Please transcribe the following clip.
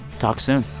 talk soon